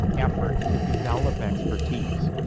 effort to develop expertise.